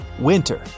winter